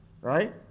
right